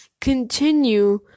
continue